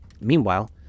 Meanwhile